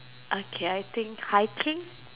okay I think hiking